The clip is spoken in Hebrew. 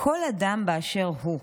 כל אדם באשר הוא,